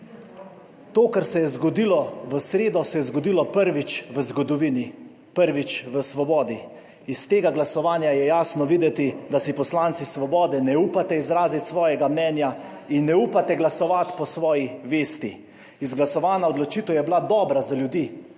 To, kar se je zgodilo v sredo, se je zgodilo prvič v zgodovini, prvič v svobodi. Iz tega glasovanja je jasno videti, da si poslanci Svobode ne upate izraziti svojega mnenja in ne upate glasovati po svoji vesti. Izglasovana odločitev je bila dobra za ljudi,